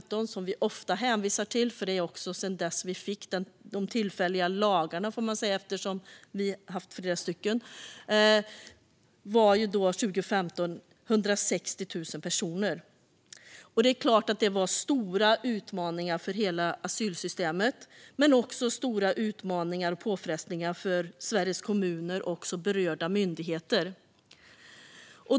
Det är det år som vi ofta hänvisar till, och det är sedan dess som vi har fått de tillfälliga lagarna - vi har ju haft flera stycken. Det är klart att det ledde till stora utmaningar för hela asylsystemet men också till stora utmaningar och påfrestningar för Sveriges kommuner och berörda myndigheter.